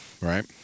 right